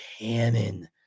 cannon